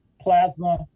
plasma